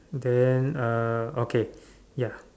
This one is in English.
then uh okay ya